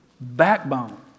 Backbone